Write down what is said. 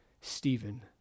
Stephen